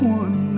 one